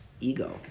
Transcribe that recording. ego